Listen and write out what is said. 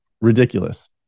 ridiculous